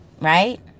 right